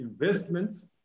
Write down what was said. investments